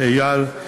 אייל,